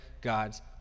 God's